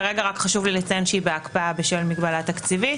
חשוב לי לציין שכרגע היא בהקפאה בשל מגבלה תקציבית